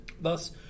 Thus